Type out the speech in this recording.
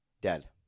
Dead